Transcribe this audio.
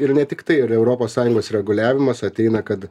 ir ne tiktai ir europos sąjungos reguliavimas ateina kad